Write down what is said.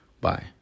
Bye